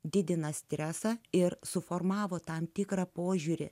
didina stresą ir suformavo tam tikrą požiūrį